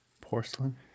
Porcelain